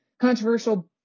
controversial